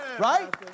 Right